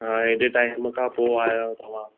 हा एॾी टाइम खां पोइ आया आहियो तव्हां